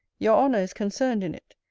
youre honour is concerned in it,